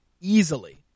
easily